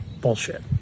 bullshit